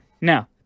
Now